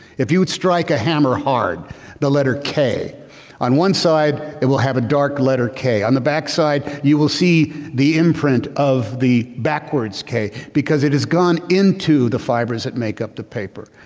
if you would strike a hammer hard the letter k on one side it will have a dark letter k on the back side. you will see the imprint of the backwards k because it is gone into the fibers that make up the paper.